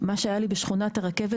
מה שהיה לי בשכונת הרכבת,